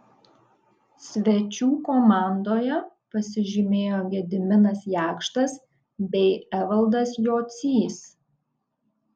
svečių komandoje pasižymėjo gediminas jakštas bei evaldas jocys